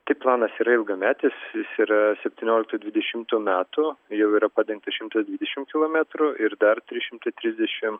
tai planas yra ilgametis jis yra septynioliktų dvidešimtų metų jau yra padengta šimtas dvidešimt kilometrų ir dar trys šimtai trisdešimt